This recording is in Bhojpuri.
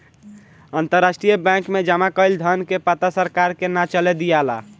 अंतरराष्ट्रीय बैंक में जामा कईल धन के पता सरकार के ना चले दियाला